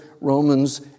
Romans